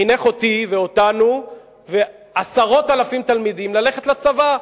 חינך אותי ואותנו ועשרות אלפי תלמידים ללכת לצבא,